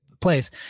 place